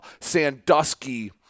Sandusky